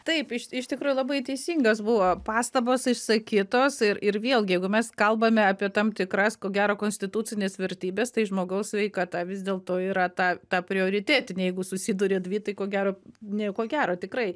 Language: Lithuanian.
taip iš iš tikrųjų labai teisingos buvo pastabos išsakytos ir ir vėlgi jeigu mes kalbame apie tam tikras ko gero konstitucines vertybes tai žmogaus sveikata vis dėlto yra ta ta prioritetinė jeigu susiduria dvi tai ko gero nieko gero tikrai